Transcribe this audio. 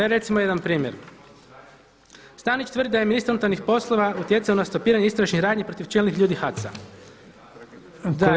Evo recimo jedan primjer, Stanić tvrdi da je ministar unutarnjih poslova utjecao na stopiranje istražnih radnji protiv čelnih ljudi HAC-a.